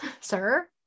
Sir